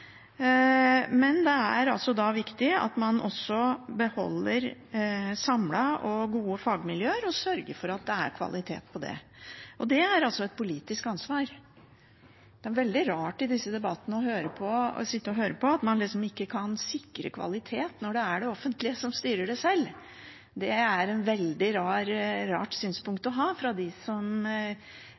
men det er også viktig at man beholder samlede og gode fagmiljøer og sørger for at det er kvalitet på det. Det er et politisk ansvar. Det er veldig rart i disse debattene å sitte og høre på at man liksom ikke kan sikre kvalitet når det er det offentlige som styrer det sjøl. Det er et veldig rart synspunkt å ha fra dem som